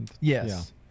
Yes